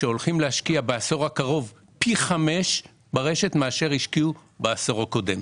הולכים להשקיע בעשור הקרוב פי 5 ברשת ממה שהשקיעו בעשור הקודם.